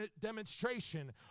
demonstration